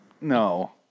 No